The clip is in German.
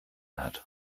hat